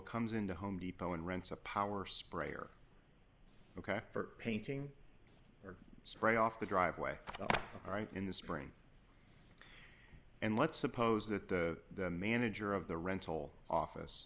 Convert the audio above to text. comes into home depot and rents a power sprayer ok for painting or spray off the driveway right in the spring and let's suppose that the manager of the rental office